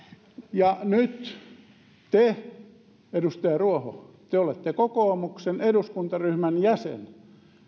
ja nyt te edustaja ruoho olette kokoomuksen eduskuntaryhmän jäsen